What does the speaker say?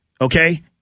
Okay